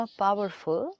powerful